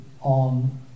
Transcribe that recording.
on